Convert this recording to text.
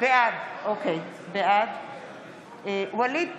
בעד ווליד טאהא,